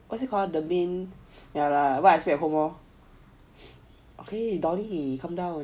what is it called tha main ya lah what I speak at home lor